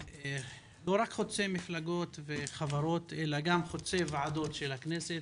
לא רק חוצה מפלגות וחברות אלא גם חוצה את ועדות הכנסת